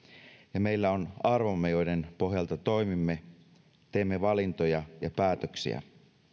ja meillä on arvomme joiden pohjalta toimimme teemme valintoja ja päätöksiä